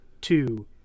two